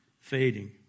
fading